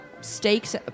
stakes